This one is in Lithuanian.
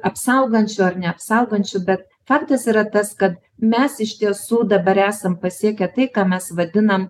apsaugančiu ar neapsaugančiu bet faktas yra tas kad mes iš tiesų dabar esam pasiekę tai ką mes vadinam